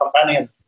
companion